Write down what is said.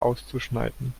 auszuschneiden